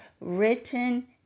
written